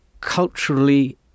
culturally